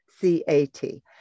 C-A-T